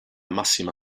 massima